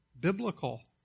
biblical